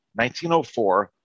1904